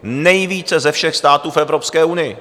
Nejvíce ze všech států v Evropské unii.